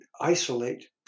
isolate